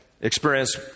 experience